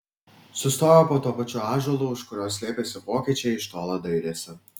sustojo po tuo pačiu ąžuolu už kurio slėpėsi vokiečiai iš tolo dairėsi